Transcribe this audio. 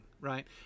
right